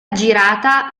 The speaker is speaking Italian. girata